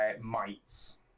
Mites